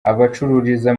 abacururiza